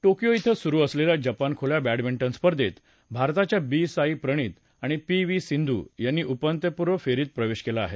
Tokyo इथं सुरू असलेल्या जपान खुल्या बॅडमिंटन स्पर्धेत भारताच्या बी साई प्रणित आणि पी व्ही सिंधू यांनी उपांत्यपूर्व फेरीत प्रवेश केला आहे